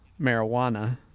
marijuana